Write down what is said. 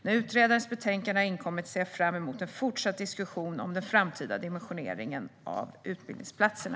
När utredarens betänkande har inkommit ser jag fram emot en fortsatt diskussion om den framtida dimensioneringen av utbildningsplatserna.